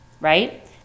right